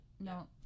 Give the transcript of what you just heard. no